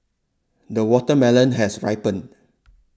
the watermelon has ripened